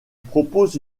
propose